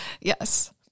Yes